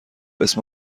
اسم